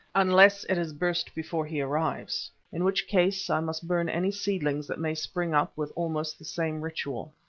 unless it has burst before he arrives, in which case i must burn any seedlings that may spring up with almost the same ritual.